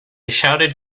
shouted